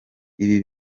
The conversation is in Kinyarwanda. ibi